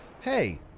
hey